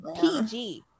PG